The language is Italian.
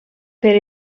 per